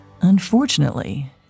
Unfortunately